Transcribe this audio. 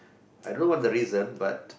I don't know what the reason but